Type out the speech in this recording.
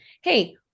Hey